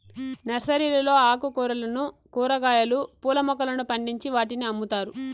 నర్సరీలలో ఆకుకూరలను, కూరగాయలు, పూల మొక్కలను పండించి వాటిని అమ్ముతారు